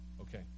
okay